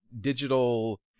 digital